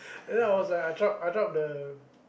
and then I was like I drop I drop the